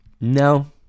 No